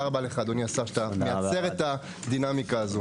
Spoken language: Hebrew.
תודה אדוני השר שאתה מייצר את הדינמיקה הזו.